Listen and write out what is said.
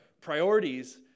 priorities